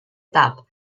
tap